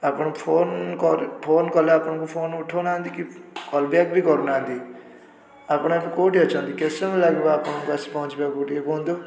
ଆପଣ ଫୋନ୍ କରି ଫୋନ୍ କଲେ ଆପଣଙ୍କୁ ଫୋନ୍ ଉଠାଉନାହାନ୍ତି କି କଲ୍ ବ୍ୟାକ୍ ବି କରୁନାହାନ୍ତି ଆପଣ ଏବେ କେଉଁଠି ଅଛନ୍ତି କେତେ ସମୟ ଲାଗିବ ଆପଣଙ୍କୁ ଆସି ପହଞ୍ଚିବାକୁ ଏଠି କୁହନ୍ତୁ